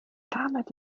damit